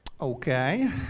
Okay